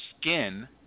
skin